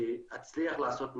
שאני אצליח לעשות משהו,